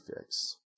fix